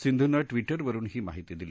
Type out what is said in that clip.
सिंधूनं ट्वीटरवरून ही माहिती दिली